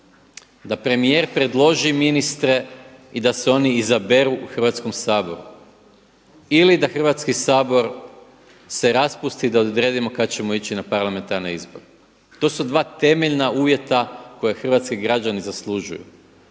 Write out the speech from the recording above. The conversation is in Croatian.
da premijer predloži ministre i da se oni izaberu u Hrvatskom saboru ili da Hrvatski sabor se raspusti da odredimo kada ćemo ići na parlamentarne izbore. To su dva temeljna uvjeta koje hrvatski građani zaslužuju.